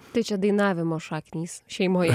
tai čia dainavimo šaknys šeimoje